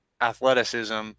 athleticism